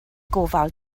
gofal